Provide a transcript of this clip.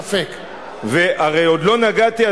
והרי עוד לא נגעתי,